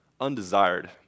undesired